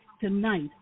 tonight